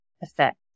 effect